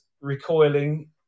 recoiling